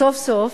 סוף-סוף,